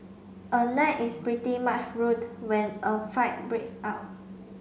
a night is pretty much ruined when a fight breaks out